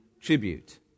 tribute